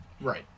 right